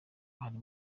hari